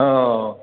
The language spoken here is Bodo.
औ